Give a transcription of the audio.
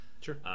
sure